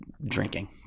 Drinking